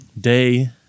day